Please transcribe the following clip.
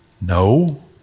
No